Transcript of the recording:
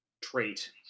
trait